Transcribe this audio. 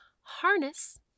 harness